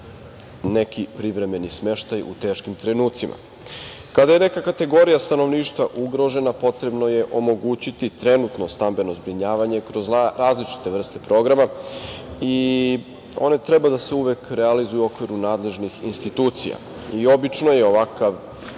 neki privremeni smeštaj u teškim trenucima. Kada je neka kategorija stanovništva ugrožena potrebno je omogućiti trenutno stambeno zbrinjavanje kroz različite vrste programa. One treba uvek da se realizuju u okviru nadležnih institucija. Obično je ovakav